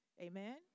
Amen